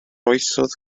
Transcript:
oesoedd